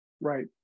Right